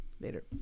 Later